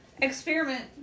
Experiment